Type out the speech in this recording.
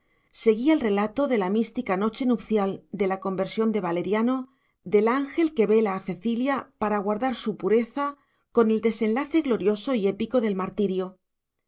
seguía el relato de la mística noche nupcial de la conversión de valeriano del ángel que velaba a cecilia para guardar su pureza con el desenlace glorioso y épico del martirio